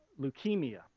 leukemia